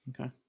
Okay